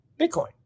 Bitcoin